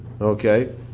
Okay